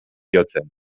jotzen